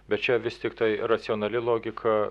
bet čia vis tiktai racionali logika